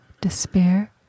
despair